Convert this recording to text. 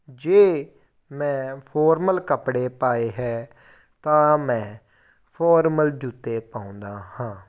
ਜੇ ਮੈਂ ਫੋਰਮਲ ਕੱਪੜੇ ਪਾਏ ਹੈ ਤਾਂ ਮੈਂ ਫੋਰਮਲ ਜੁੱਤੇ ਪਾਉਂਦਾ ਹਾਂ